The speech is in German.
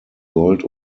gold